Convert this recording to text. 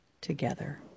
together